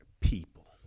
people